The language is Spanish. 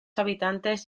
habitantes